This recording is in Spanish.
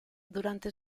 durante